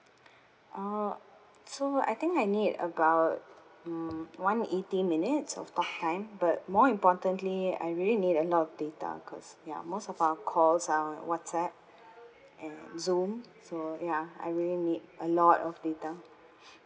oh so I think I need about mm one hundred eighty minutes of talk time but more importantly I really need a lot of data because ya most of our calls are whatsapp and zoom so ya I really need a lot of data